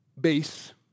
base